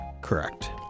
Correct